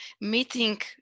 meeting